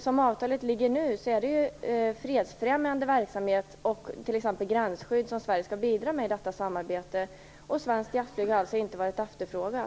Som avtalet ligger nu är det fredsfrämjande verksamhet och t.ex. gränsskydd som Sverige skall bidra med i detta samarbete. Svenskt jaktflyg har alltså inte varit efterfrågat.